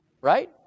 Right